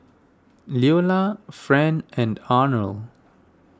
Leola Fran and Arnold